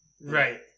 Right